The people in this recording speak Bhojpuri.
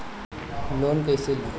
लोन कईसे ली?